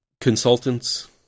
consultants